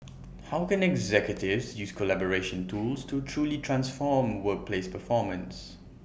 how can executives use collaboration tools to truly transform workplace performance